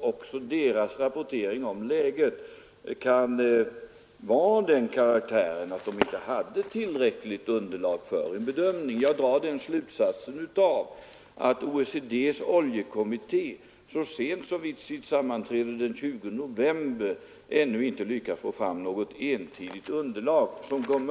Också deras rapportering om läget kan vara av den karaktären, att de inte hade tillräckligt underlag för en riktig bedömning. Jag drar den slutsatsen av att OECD:s oljekommitté så sent som vid sitt sammanträde den 20 november ännu inte lyckats få fram något entydigt underlag som gav